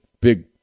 big